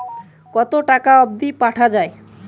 কতো টাকা অবধি পাঠা য়ায়?